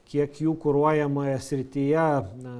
kiek jų kuruojamoje srityje na